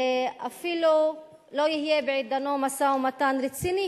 ואפילו לא יהיה בעידנו משא-ומתן רציני